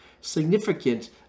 significant